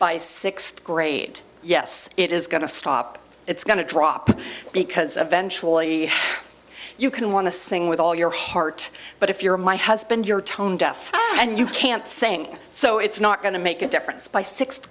by sixth grade yes it is going to stop it's going to drop because of ventura lee you can want to sing with all your heart but if you're my husband you're tone deaf and you can't sing so it's not going to make a difference by sixth